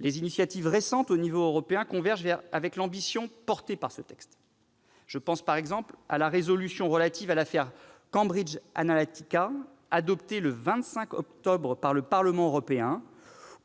Les initiatives récentes au niveau européen convergent avec l'ambition portée par ces textes. Je pense à la résolution relative à l'affaire Cambridge Analytica, adoptée le 25 octobre par le Parlement européen,